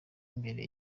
imbere